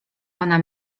ona